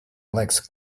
legs